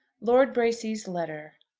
lord bracy's letter.